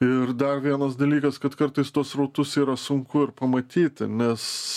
ir dar vienas dalykas kad kartais tuos srautus yra sunku ir pamatyti nes